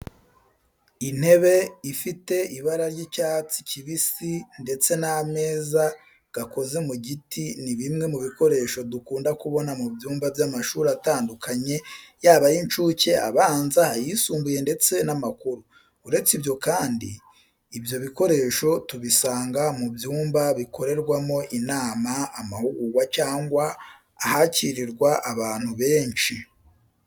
Intebe ifite ibara ry'icyatsi kibisi ndetse n'ameza gakoze mu giti ni bimwe mu bikoresho dukunda kubona mu byumba by'amashuri atandukanye yaba ay'incuke, abanza, ayisumbuye ndetse n'amakuru. Uretse ibyo kandi, ibyo bikoresho tubisanga mu byumba bikorerwamo inama, amahugurwa cyangwa ahakirirwa abantu benshi.